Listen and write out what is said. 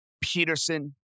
Peterson